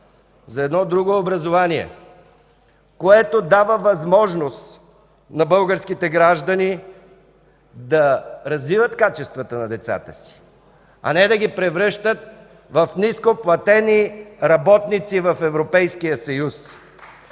за едно друго образование, което дава възможност на българските граждани да развиват качествата на децата си, а не да ги превръщат в нископлатени работници в Европейския съюз.